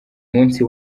munsi